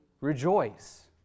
rejoice